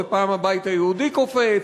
ופעם הבית היהודי קופץ,